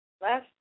last